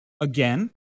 again